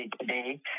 today